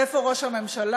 ואיפה ראש הממשלה?